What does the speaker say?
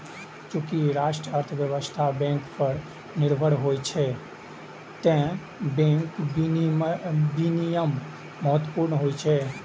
चूंकि राष्ट्रीय अर्थव्यवस्था बैंक पर निर्भर होइ छै, तें बैंक विनियमन महत्वपूर्ण होइ छै